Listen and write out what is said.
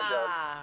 אה,